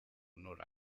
nora